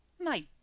My